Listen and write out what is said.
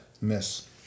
Miss